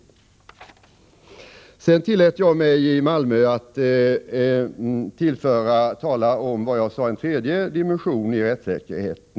I Malmö tillät jag mig att tala om vad jag kallade en tredje dimension i rättssäkerheten.